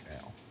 now